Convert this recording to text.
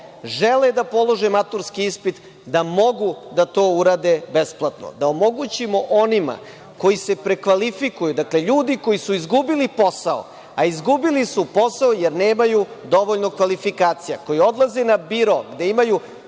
žele da polože maturski ispit, da mogu da to urade besplatno, da omogućimo onima koji se prekvalifikuju, dakle ljudi koji su izgubili posao, a izgubili su posao jer nemaju dovoljno kvalifikacija, koji odlaze na biro gde imaju,